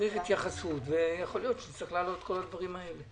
צריך התייחסות לכך ויכול להיות שצריך להעלות את כל הדברים האלה.